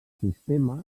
sistema